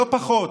לא פחות.